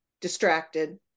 distracted